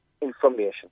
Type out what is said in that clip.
information